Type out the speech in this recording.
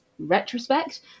Retrospect